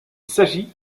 s’agit